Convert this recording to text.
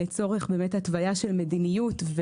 לצורך התוויה של מדיניות.